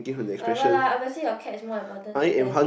whatever lah obviously your cat is more important than